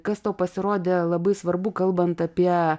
kas tau pasirodė labai svarbu kalbant apie